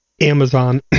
Amazon